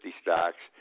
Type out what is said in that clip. stocks